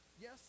Yes